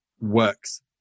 works